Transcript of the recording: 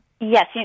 yes